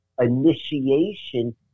initiation